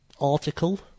article